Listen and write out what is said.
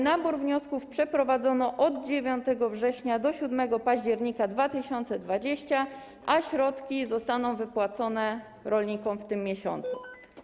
Nabór wniosków przeprowadzono od 9 września do 7 października 2020 r., a środki zostaną wypłacone rolnikom w tym miesiącu.